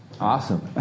Awesome